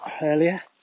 earlier